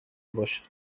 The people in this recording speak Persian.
باشد